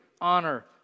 honor